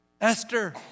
Esther